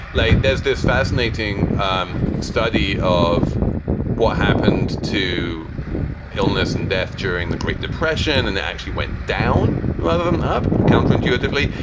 like, there's this fascinating um study of what happened to illness and death during the great depression and it actually went down rather than up, ah counterintuitively,